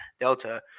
delta